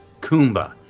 Kumba